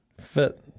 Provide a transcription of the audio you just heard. Fit